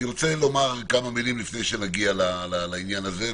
אני רוצה לומר כמה מילים לפני שנגיע לעניין הזה,